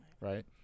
Right